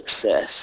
success